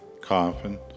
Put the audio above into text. Coffin